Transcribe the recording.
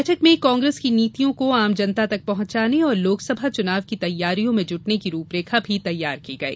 बैठक में कांग्रेस की नीतियों को आम जनता तक पहुंचाने और लोकसभा चुनाव की तैयारियों में जुटने की रूपरेखा भी तैयार की गई